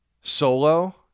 solo